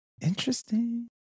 interesting